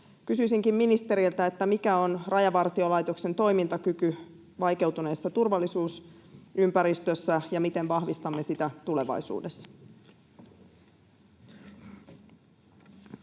Kysyisinkin ministeriltä: mikä on Rajavartiolaitoksen toimintakyky vaikeutuneessa turvallisuusympäristössä, ja miten vahvistamme sitä tulevaisuudessa?